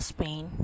Spain